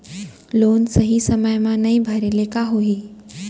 Loan सही समय मा नई भरे ले का होही?